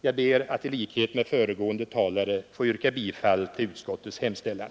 Jag ber att i likhet med föregående talare få yrka bifall till utskottets hemställan.